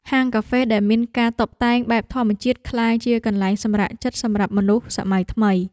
ហាងកាហ្វេដែលមានការតុបតែងបែបធម្មជាតិ ក្លាយជាកន្លែងសម្រាកចិត្តសម្រាប់មនុស្សសម័យថ្មី។